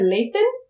Lathan